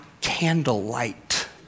candlelight